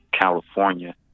California